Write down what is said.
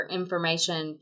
information